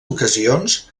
ocasions